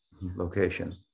location